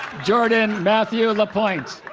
jordan matthew lapointe